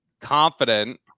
confident